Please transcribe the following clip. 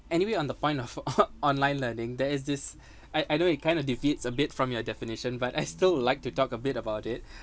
anyway on the point of online learning there is this I know it kind of defeats a bit from your definition but I still like to talk a bit about it